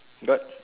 got